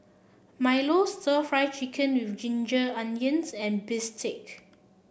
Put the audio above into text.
Milo stir Fry Chicken with Ginger Onions and Bistake